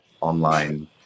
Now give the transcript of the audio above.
online